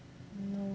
mm